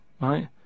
Right